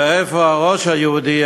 ואיפה הראש היהודי,